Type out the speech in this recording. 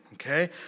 Okay